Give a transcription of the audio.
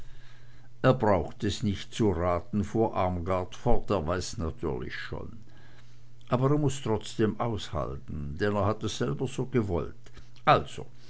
er braucht es nicht zu raten fuhr armgard fort er weiß es natürlich schon aber er muß trotzdem aushalten denn er hat es selber so gewollt also